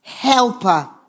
Helper